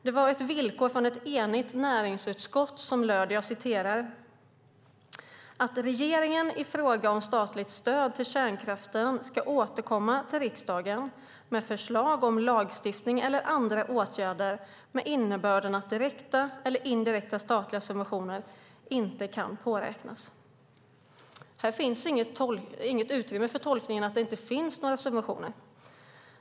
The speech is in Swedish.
Det var ett villkor från ett enigt näringsutskott om att regeringen i fråga om statligt stöd till kärnkraft skulle "återkomma till riksdagen med förslag om lagstiftning eller andra åtgärder med innebörden att direkta eller indirekta statliga subventioner inte kan påräknas". Här finns inget utrymme för tolkningen att det inte finns några subventioner.